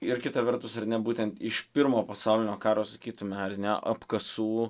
ir kita vertus ar ne būtent iš pirmo pasaulinio karo sakytume ar ne apkasų